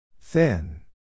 Thin